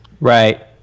Right